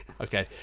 Okay